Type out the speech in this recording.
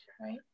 right